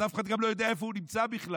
אז אף אחד גם לא יודע איפה הוא נמצא בכלל.